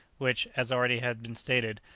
which, as already has been stated,